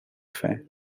faim